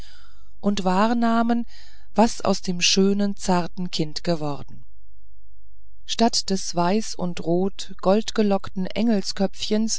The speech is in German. und wahrnahmen was aus dem schönen zarten kinde geworden statt des weiß und roten goldgelockten